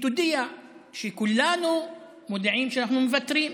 תודיע שכולנו מודיעים שאנחנו מוותרים.